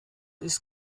ist